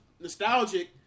nostalgic